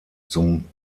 zum